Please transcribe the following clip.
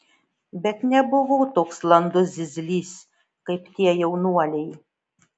bet nebuvau toks landus zyzlys kaip tie jaunuoliai